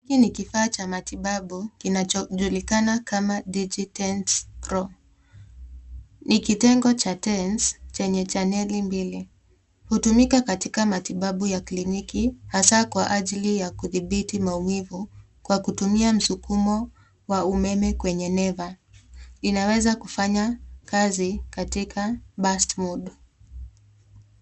Hiki ni kifaa cha matibabu kinachojulikana kaam Digi Tens pro ni kitengo cha Tens cha neli mbili. Hutumika katika matibabu ya kliniki hasa kwa ajili ya kudhibiti maumivu kwa kutumia msukumo wa umeme kwenye neva. Inaweza kufanya kazi katika bars mode .